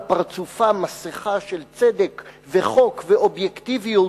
פרצופה מסכה של צדק וחוק ואובייקטיביות,